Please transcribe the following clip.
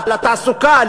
לתעסוקה,